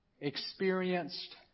experienced